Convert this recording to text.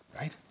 Right